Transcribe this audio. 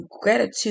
gratitude